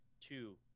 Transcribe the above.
two